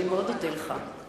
אני מאוד אודה לך.